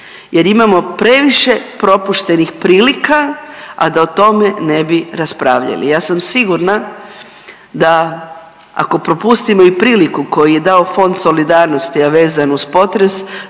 jer imamo previše propuštenih priliku, a da o tome ne bi raspravljali. Ja sam sigurna da, ako propustimo i priliku koju je dao Fond solidarnosti, a vezan uz potres,